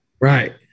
Right